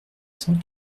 cent